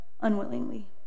unwillingly